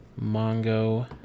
Mongo